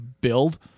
build